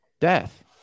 Death